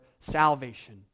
salvation